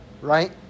Right